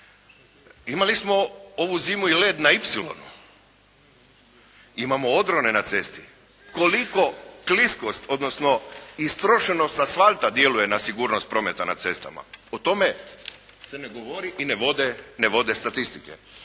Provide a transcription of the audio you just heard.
Imali smo ovu zimu i led na "ipsilonu", imamo odrone na cesti. Koliko kliskost odnosno istrošenost asfalta djeluje na sigurnost prometa na cestama o tome se ne govori i ne vode statistike.